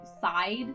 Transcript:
side